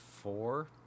four